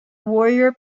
warrior